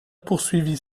poursuivit